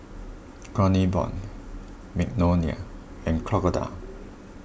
Kronenbourg Magnolia and Crocodile